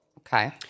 okay